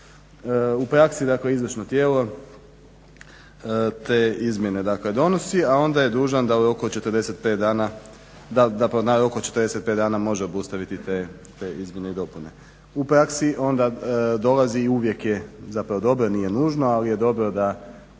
U praksi dakle izvršno tijelo te izmjene donosi, a onda je dužan da u roku od 45 dana može obustaviti te izmjene i dopune. U praksi onda dolazi i uvijek je zapravo dobro, nije nužno ali je dobro da